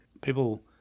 people